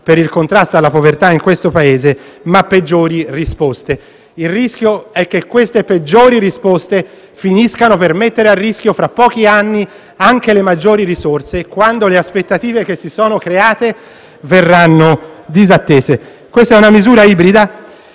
per il contrasto alla povertà nel Paese - ma peggiori risposte. Il rischio è che queste peggiori risposte finiscano per mettere a rischio, fra pochi anni, anche le maggiori risorse, quando le aspettative che si sono create verranno disattese. Quella in esame è una misura ibrida,